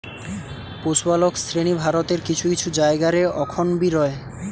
পশুপালক শ্রেণী ভারতের কিছু কিছু জায়গা রে অখন বি রয়